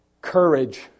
courage